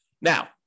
now